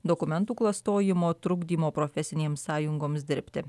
dokumentų klastojimo trukdymo profesinėms sąjungoms dirbti